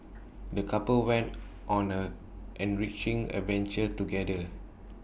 the couple went on an enriching adventure together